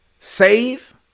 save